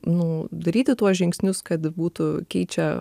nu daryti tuos žingsnius kad būtų keičia